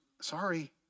sorry